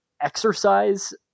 exercise